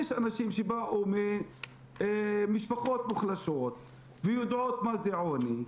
יש אנשים שבאו ממשפחות מוחלשות ויודעים מה זה עוני,